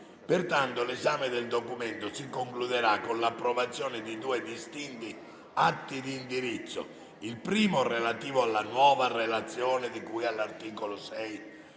Pertanto, l'esame del Documento si concluderà con l'approvazione di due distinti atti di indirizzo: il primo, relativo alla Nuova Relazione di cui all'articolo 6,